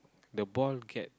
the ball get